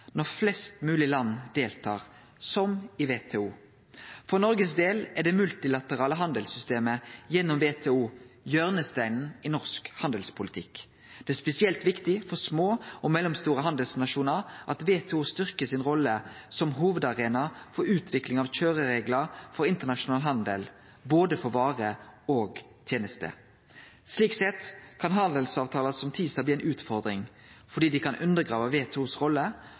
når flest mogleg land deltar, som i WTO. For Noregs del er det multilaterale handelssystemet gjennom WTO hjørnesteinen i norsk handelspolitikk. Det er spesielt viktig for små og mellomstore handelsnasjonar at WTO styrkjer si rolle som hovudarena for utvikling av køyrereglar for internasjonal handel, både for varer og for tenester. Slik sett kan handelsavtalar som TISA bli ei utfordring, fordi dei kan undergrave WTOs rolle